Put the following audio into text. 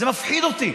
זה מפחיד אותי.